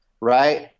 right